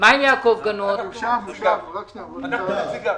אנחנו בדרך לאישור.